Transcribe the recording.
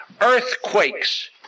earthquakes